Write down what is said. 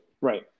Right